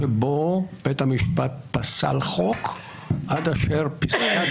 חוק הגיוס שלוש פעמים.